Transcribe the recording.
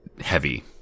heavy